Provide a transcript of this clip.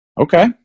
Okay